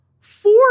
Four